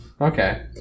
Okay